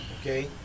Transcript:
Okay